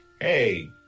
hey